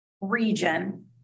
region